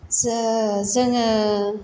जोङो